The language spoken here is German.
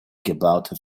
gebaute